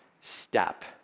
step